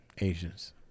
Asians